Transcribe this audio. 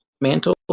mantle